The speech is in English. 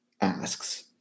asks